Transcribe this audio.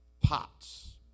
pots